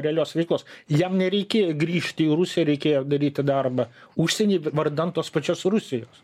realios veiklos jam nereikėjo grįžti į rusiją reikėjo daryti darbą užsieny vi vardan tos pačios rusijos